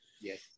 yes